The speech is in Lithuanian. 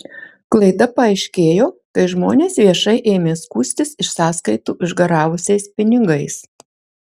klaida paaiškėjo kai žmonės viešai ėmė skųstis iš sąskaitų išgaravusiais pinigais